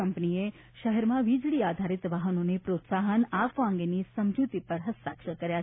કંપનીએ શહેરમાં વીજળી આધારીત વાહનોને પ્રોત્સાહન આપવા અંગેની સમજૂતી ઉપર હસ્તાક્ષર કર્યા છે